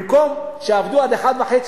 במקום שיעבדו עד 13:30